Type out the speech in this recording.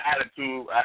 attitude